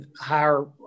higher